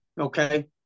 Okay